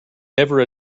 never